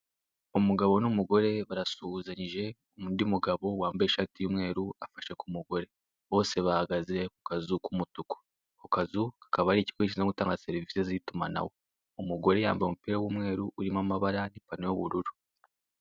Umugabo n'umugore barasuhuzanyije, undi mugabo wambaye ishati y'umweru afashe ku mugore, bose bahagaze ku kazu k'umutuku, ako kazu akaba ari ikigo gishinzwe gutanga serivise z'itumanaho, umugore yambaye umupira w'umweru urimo amabara, ipantaro y'ubururu.